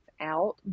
out